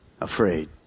afraid